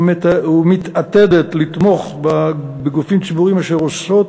ומתעתדת לתמוך בגופים ציבוריים אשר עושות